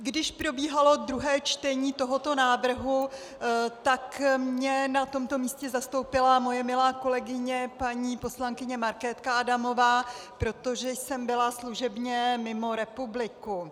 Když probíhalo druhé čtení tohoto návrhu, tak mě na tomto místě zastoupila moje milá kolegyně paní poslankyně Markétka Adamová, protože jsem byla služebně mimo republiku.